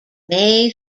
may